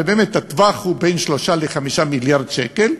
ובאמת הטווח הוא בין 3 ל-5 מיליארד שקל,